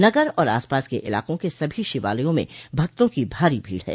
नगर और आस पास के इलाकों के सभी शिवालयों में भक्तों की भारी भीड़ है